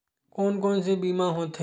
कोन कोन से बीमा होथे?